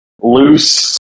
loose